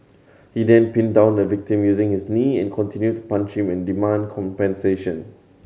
he then pinned down the victim using his knee and continued to punch him and demand compensation